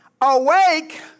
Awake